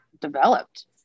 developed